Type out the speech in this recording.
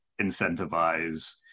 incentivize